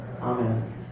Amen